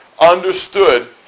understood